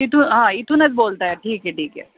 इथून हां इथूनच बोलत आहात ठीक आहे ठीक आहे